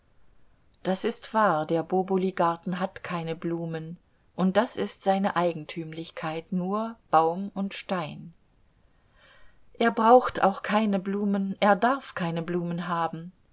das ist wahr der bobili garten hat keine blumen und das ist seine eigentümlichkeit nur baum und stein er braucht auch keine blumen er darf keine blumen haben